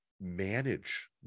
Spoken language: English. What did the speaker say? manage